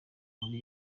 muri